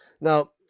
Now